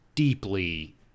Deeply